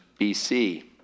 BC